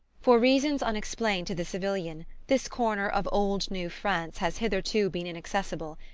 for reasons unexplained to the civilian this corner of old-new france has hitherto been inaccessible,